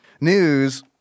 news